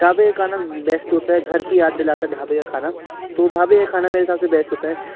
ढाबे का खाना बेस्ट होता है घर की याद दिलाता है ढाबे का खाना तो ढाबे का खाना मेरे हिसाब से बेस्ट होता है